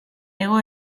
hego